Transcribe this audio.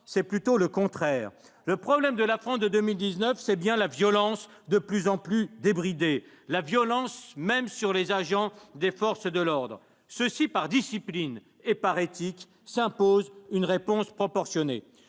c'est même plutôt le contraire ! Le problème de la France de 2019, c'est bien la violence de plus en plus débridée, une violence qui atteint même les agents des forces de l'ordre. Ceux-ci, par discipline et par éthique, s'imposent une réponse proportionnée.